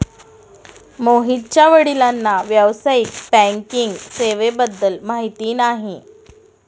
मोहितच्या वडिलांना व्यावसायिक बँकिंग सेवेबद्दल माहिती नाही